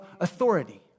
authority